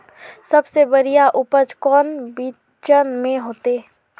सबसे बढ़िया उपज कौन बिचन में होते?